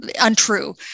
untrue